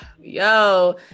yo